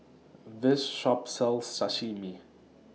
This Shop sells Sashimi